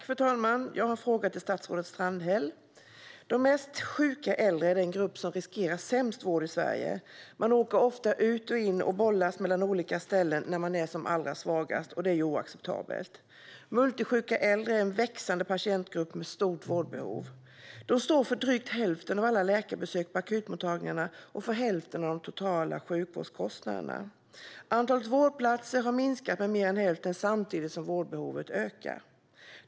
Fru talman! Jag har en fråga till statsrådet Strandhäll. De mest sjuka äldre är den grupp som riskerar sämst vård i Sverige. De åker ofta ut och in och bollas mellan olika ställen när de är som allra svagast, och det är oacceptabelt. Multisjuka äldre är en växande patientgrupp med stort vårdbehov. De står för drygt hälften av alla läkarbesök på akutmottagningarna och för hälften av de totala sjukvårdskostnaderna. Antalet vårdplatser har minskat med mer än hälften samtidigt som vårdbehovet ökar.